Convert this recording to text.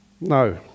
No